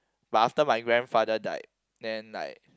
but after my grandfather died then like